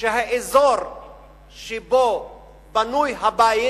שהאזור שבו בנוי הבית